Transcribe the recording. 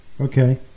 Okay